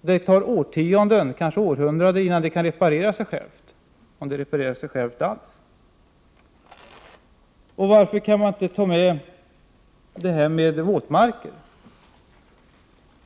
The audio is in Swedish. Det tar årtionden och kanske århundraden innan det kan reparera sig självt, om det alls reparerar sig självt. Varför tar man inte med förbudet mot körning på våtmarker?